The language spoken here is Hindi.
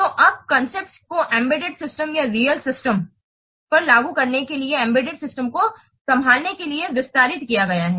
तो अब कॉन्सेप्ट्स को एम्बेडेड सिस्टम या रीयल टाइम सिस्टम पर लागू करने के लिए एम्बेडेड सिस्टम को संभालने के लिए विस्तारित किया गया है